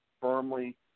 firmly